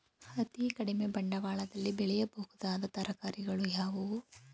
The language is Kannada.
ಅತೀ ಕಡಿಮೆ ಬಂಡವಾಳದಲ್ಲಿ ಬೆಳೆಯಬಹುದಾದ ತರಕಾರಿಗಳು ಯಾವುವು?